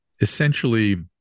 essentially